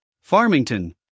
Farmington